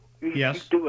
Yes